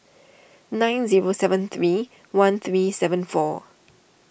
nine zero seven three one three seven four